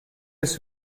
des